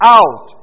out